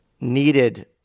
needed